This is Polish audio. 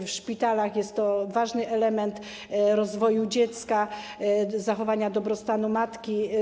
W szpitalach jest to ważny element rozwoju dziecka, zachowania dobrostanu matki.